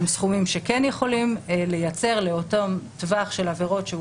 הם סכומים שכן יכולים לייצר לאותו טווח של עבירות שהוא